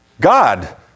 God